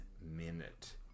minute